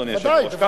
אדוני היושב-ראש.